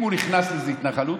אם הוא נכנס לאיזה התנחלות,